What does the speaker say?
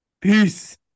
Peace